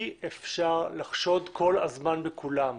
אי אפשר כל הזמן לחשוד בכולם.